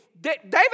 David